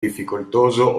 difficoltoso